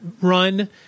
run